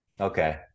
Okay